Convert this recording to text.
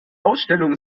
ausstellung